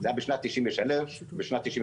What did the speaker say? זה היה בשנת 93' בפריז,